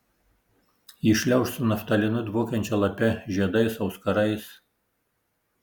įšliauš su naftalinu dvokiančia lape žiedais auskarais